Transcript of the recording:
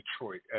Detroit